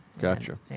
gotcha